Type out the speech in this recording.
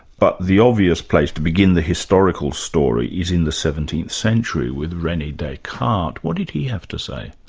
but the obvious place to begin the historical story is in the seventeenth century, with rene descartes. what did he have to say?